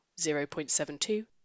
0.72